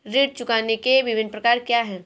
ऋण चुकाने के विभिन्न प्रकार क्या हैं?